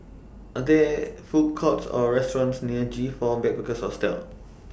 Are There Food Courts Or restaurants near G four Backpackers Hostel